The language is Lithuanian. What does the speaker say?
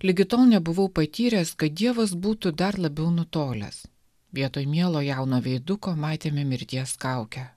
ligi tol nebuvau patyręs kad dievas būtų dar labiau nutolęs vietoj mielo jauno veiduko matėme mirties kaukę